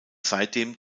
seitdem